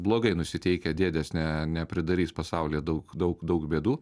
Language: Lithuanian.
blogai nusiteikę dėdės ne nepridarys pasaulyje daug daug daug bėdų